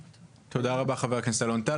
תודה רבה, חבר הכנסת אלון טל.